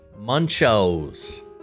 Munchos